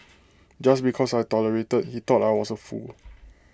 just because I tolerated he thought I was A fool